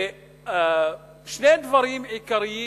שני דברים עיקריים